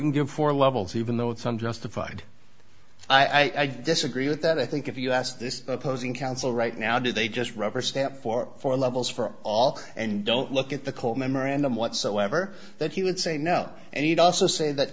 can give four levels even though it's some justified i disagree with that i think if you asked this opposing counsel right now do they just rubber stamp for four levels for all and don't look at the cold memorandum whatsoever that he would say no and he'd also say that